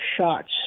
shots